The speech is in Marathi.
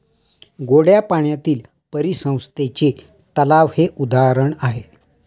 गोड्या पाण्यातील परिसंस्थेचे तलाव हे उदाहरण आहे